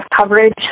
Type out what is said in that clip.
coverage